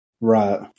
Right